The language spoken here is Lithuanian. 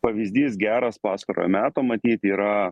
pavyzdys geras pastarojo meto matyt yra